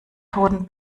toten